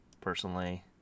personally